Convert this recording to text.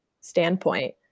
standpoint